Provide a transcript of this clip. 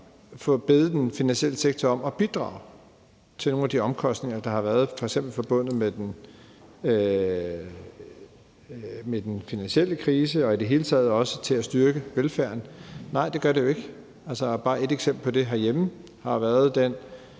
at bede den finansielle sektor om at bidrage til at dække nogle af de omkostninger, der har været, f.eks. forbundet med den finansielle krise, og i det hele taget også til at styrke velfærden? Nej, det gør det jo ikke. Altså, et eksempel på det herhjemme har været den